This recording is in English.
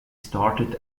started